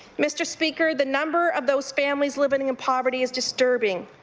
mr. speaker, the number of those families living in poverty is disturbing.